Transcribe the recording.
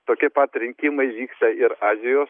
tokie pat rinkimai vyksta ir azijos